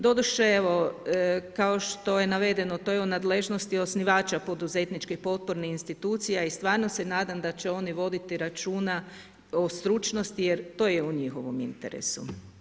Doduše evo kao što je navedeno to je u nadležnosti osnivača poduzetničkih potpornih institucija i stvarno se nadam da će oni voditi računa o stručnosti jer to je u njihovom interesu.